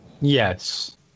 yes